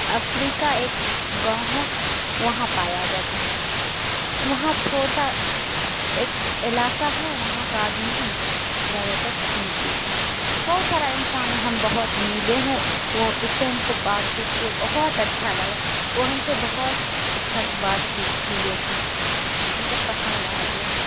افریقا ایک گاؤں ہے وہاں پایا جاتا ہے وہاں چھوٹا ایک علاقہ ہے وہاں کا آدمی ہے نا زیادہ تر خون پیتا ہے بہت سارا انسان ہے ہم بہت ملے ہیں وہ اس سے ہم کو بات چیت کیے بہت اچھا لگا وہ ہم سے بہت اچھا سے بات چیت کیے ہم کو پسند آ گیا